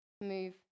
move